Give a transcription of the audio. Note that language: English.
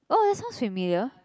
oh that sounds familiar